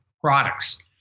products